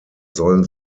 sollen